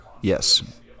Yes